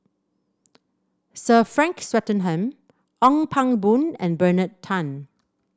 Sir Frank Swettenham Ong Pang Boon and Bernard Tan